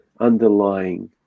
underlying